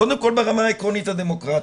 קודם כל ברמה העקרונית הדמוקרטית.